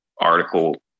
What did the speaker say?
article